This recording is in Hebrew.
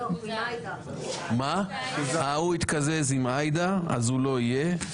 אה, הוא התקזז עם עאידה, אז הוא לא יהיה.